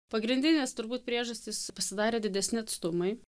pagrindinės turbūt priežastys pasidarė didesni atstumai